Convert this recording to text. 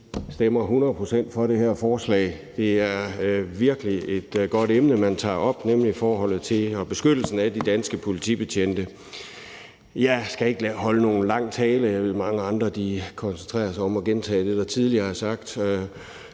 vi stemmer hundrede procent for det her forslag. Det er virkelig et godt emne, man tager op, nemlig forholdet til og beskyttelsen af de danske politibetjente. Jeg skal ikke holde nogen lang tale. Jeg ved, at mange andre koncentrerer sig om at gentage det, der tidligere er sagt,